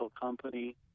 company